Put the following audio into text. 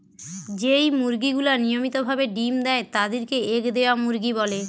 যেই মুরগি গুলা নিয়মিত ভাবে ডিম্ দেয় তাদির কে এগ দেওয়া মুরগি বলে